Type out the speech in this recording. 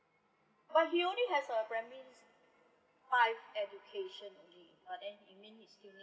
but he only has a primary five education only but then it mean he still need